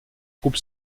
groupe